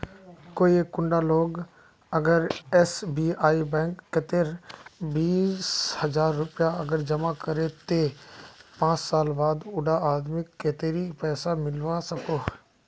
कोई एक कुंडा लोग अगर एस.बी.आई बैंक कतेक बीस हजार रुपया अगर जमा करो ते पाँच साल बाद उडा आदमीक कतेरी पैसा मिलवा सकोहो?